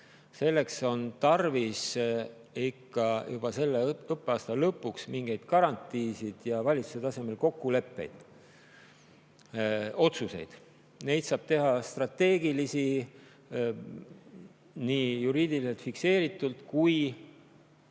selleks on tarvis juba selle õppeaasta lõpuks mingeid garantiisid ja valitsuse tasemel kokkuleppeid, otsuseid. Neid saab teha strateegilisi, nii juriidiliselt fikseeritult kui